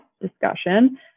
discussion